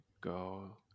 go